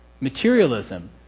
Materialism